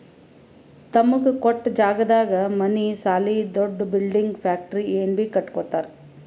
ತಮಗ ಕೊಟ್ಟ್ ಜಾಗದಾಗ್ ಮನಿ ಸಾಲಿ ದೊಡ್ದು ಬಿಲ್ಡಿಂಗ್ ಫ್ಯಾಕ್ಟರಿ ಏನ್ ಬೀ ಕಟ್ಟಕೊತ್ತರ್